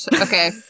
okay